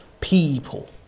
people